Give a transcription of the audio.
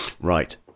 Right